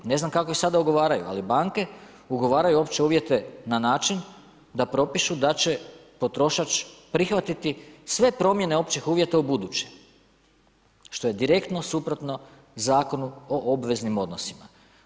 Ne znam kako ih sada ugovaraju, ali banke ugovaraju opće uvjete na način da propišu da će potrošač prihvatiti sve promjene općih uvjeta u buduće što je direktno suprotno Zakonu o obveznim odnosima.